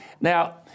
Now